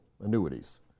annuities